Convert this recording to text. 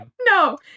No